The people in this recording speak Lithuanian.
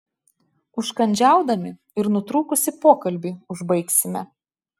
užkandžiaudami ir nutrūkusį pokalbį užbaigsime